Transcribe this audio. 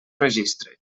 registre